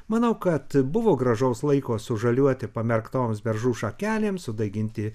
manau kad buvo gražaus laiko sužaliuoti pamerktos beržų šakelėms sudaiginti